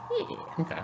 Okay